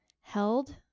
held